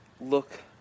look